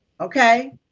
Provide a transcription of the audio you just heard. okay